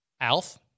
ALF